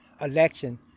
election